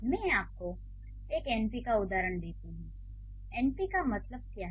मैं आपको एक एनपी का उदाहरण देती हूं एनपी का मतलब क्या है